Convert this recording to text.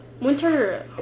Winter